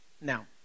Now